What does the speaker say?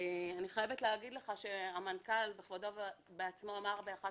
אני חייבת להגיד לך שהמנכ"ל בכבודו ובעצמו אמר באחת